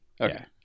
Okay